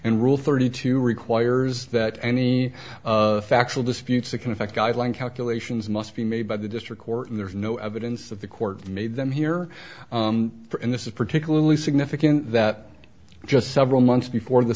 and rule thirty two requires that any factual disputes that can affect guideline calculations must be made by the district court and there is no evidence that the court made them here for and this is particularly significant that just several months before the